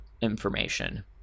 information